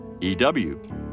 EW